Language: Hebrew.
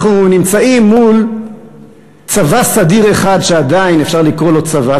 אנחנו נמצאים מול צבא סדיר אחד שעדיין אפשר לקרוא לו צבא,